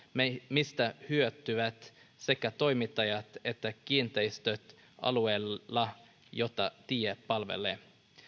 mistä hyötyvät sekä toimittajat että kiinteistöt alueella jota tie palvelee